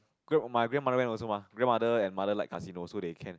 grand~ my grandmother went also mah grandmother and my mother like casino so they can